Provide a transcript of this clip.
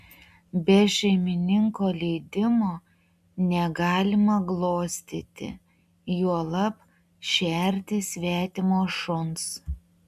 be šeimininko leidimo negalima glostyti juolab šerti svetimo šuns